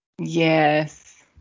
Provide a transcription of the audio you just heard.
Yes